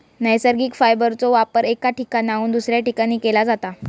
नैसर्गिक फायबरचो वापर एका ठिकाणाहून दुसऱ्या ठिकाणी केला जाता